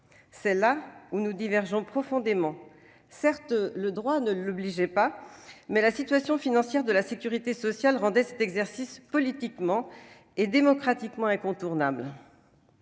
point que nous divergeons profondément. Certes, le droit ne l'y obligeait pas, mais la situation financière de la sécurité sociale rendait cet exercice politiquement et démocratiquement incontournable.